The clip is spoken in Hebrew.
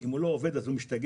אם הוא לא עובד הוא משתגע,